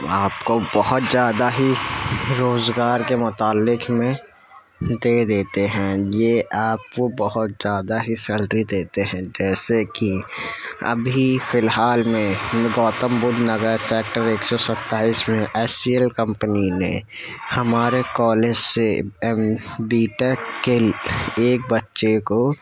آپ کو بہت زیادہ ہی روزگار کے متعلق میں دے دیتے ہیں یہ آپ کو بہت زیادہ ہی سیلری دیتے ہیں جیسے کہ ابھی فی الحال میں گوتم بدھ نگر سیکٹر ایک سو ستائیس میں ایچ سی ایل کمپنی نے ہمارے کالج سے ایم بی ٹیک کے ایک بچے کو